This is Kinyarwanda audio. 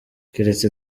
keretse